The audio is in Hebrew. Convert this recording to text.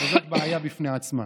וזאת בעיה בפני עצמה.